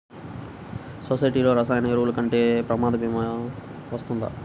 సొసైటీలో రసాయన ఎరువులు కొంటే ప్రమాద భీమా వస్తుందా?